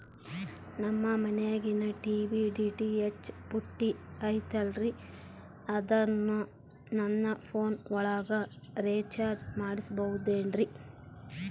ನಮ್ಮ ಮನಿಯಾಗಿನ TV DTH ಪುಟ್ಟಿ ಐತಲ್ರೇ ಅದನ್ನ ನನ್ನ ಪೋನ್ ಒಳಗ ರೇಚಾರ್ಜ ಮಾಡಸಿಬಹುದೇನ್ರಿ?